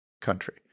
country